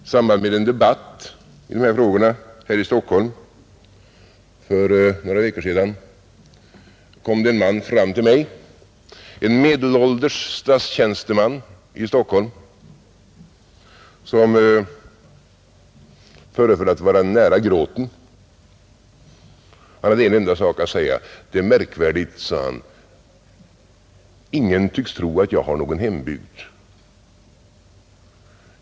I samband med en debatt i de här frågorna här i Stockholm för några veckor sedan kom det en man fram till mig, en medelålders statstjänsteman i Stockholm som föreföll att vara nära gråten. Han hade en enda sak att säga: ”Det är märkvärdigt men ingen tycks tro att jag har någon hembygd.